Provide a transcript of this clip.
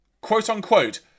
quote-unquote